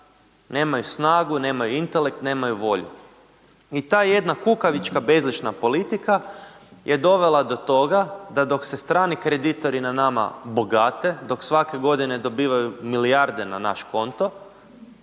nemaju snagu, nemaju intelekt, nemaju volju. I ta jedna kukavička bezlična politika je dovela do toga, da dok se strani kreditori na nama bogate, dok svake godine dobivaju milijarde na naš konto